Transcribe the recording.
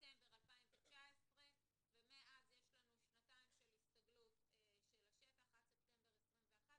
ספטמבר 2019 ומאז יש לנו שנתיים של הסתגלות של השטח עד ספטמבר 21,